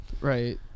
Right